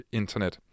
internet